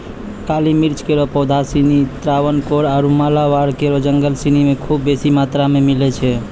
काली मिर्च केरो पौधा सिनी त्रावणकोर आरु मालाबार केरो जंगल सिनी म खूब बेसी मात्रा मे मिलै छै